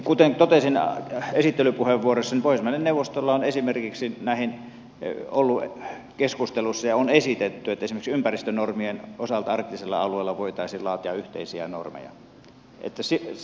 kuten totesin esittelypuheenvuorossani pohjoismaiden neuvostolla on esimerkiksi ollut keskustelussa ja on esitetty että esimerkiksi ympäristönormien osalta arktisella alueella voitaisiin laatia yhteisiä normeja